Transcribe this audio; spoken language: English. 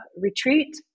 retreat